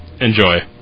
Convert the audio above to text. Enjoy